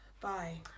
Bye